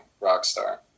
rockstar